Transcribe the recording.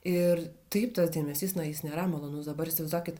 ir taip tas dėmesys na jis nėra malonus dabar įsivaizduokit